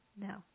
No